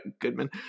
Goodman